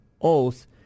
oath